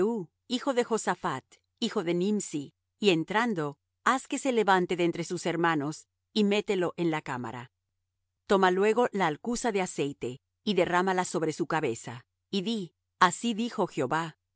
hijo de josaphat hijo de nimsi y entrando haz que se levante de entre sus hermanos y mételo en la recámara toma luego la alcuza de aceite y derrámala sobre su cabeza y di así dijo jehová yo